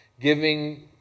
giving